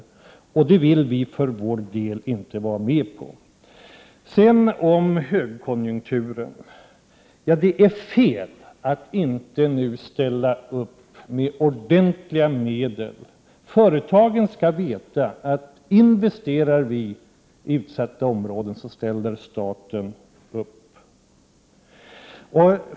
Det vill vi från centern inte vara med om. Det är fel att det inte nu under en högkonjunktur ställs ordentliga medel till förfogande. Företagen skall veta att om de investerar i utsatta områden ställer sig staten bakom.